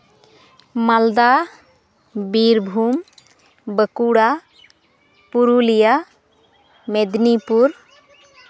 Malda Birbhum Bankura Purulia Medinipur